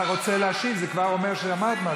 את רוצה קריאה ראשונה?